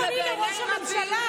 לעלות לפה,